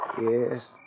Yes